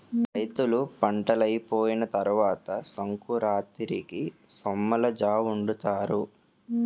రైతులు పంటలైపోయిన తరవాత సంకురాతిరికి సొమ్మలజావొండుతారు